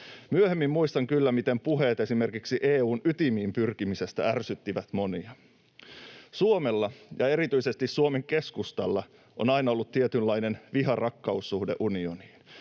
— mutta muistan kyllä, miten myöhemmin puheet esimerkiksi EU:n ytimiin pyrkimisestä ärsyttivät monia. Suomella ja erityisesti Suomen Keskustalla on aina ollut tietynlainen viha—rakkaus-suhde unioniin.